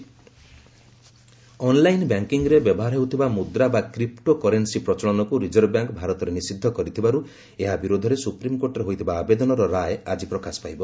SC RBI ଅନ୍ଲାଇନବ୍ୟାଙ୍କିଂରେ ବ୍ୟବହାର ହେଉଥିବା ମୁଦ୍ରା ବା କ୍ରିପ୍ଟୋ କରେନ୍ନି ପ୍ରଚଳନକୁ ରିଜର୍ଭବ୍ୟାଙ୍କ ଭାରତରେ ନିଷିଦ୍ଧ କରିଥିବାରୁ ଏହା ବିରୋଧରେ ସୁପ୍ରମିକୋର୍ଟରେ ହୋଇଥିବା ଆବେଦନର ରାୟ ଆଜି ପ୍ରକାଶ ପାଇବ